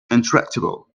intractable